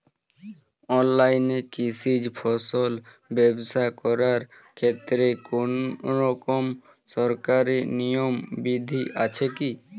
অনলাইনে কৃষিজ ফসল ব্যবসা করার ক্ষেত্রে কোনরকম সরকারি নিয়ম বিধি আছে কি?